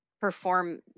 perform